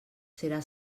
serà